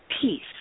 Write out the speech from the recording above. peace